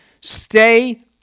stay